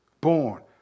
born